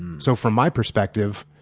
and so from my perspective,